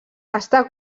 està